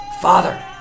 father